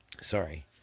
Sorry